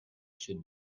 should